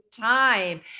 time